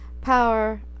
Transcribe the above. power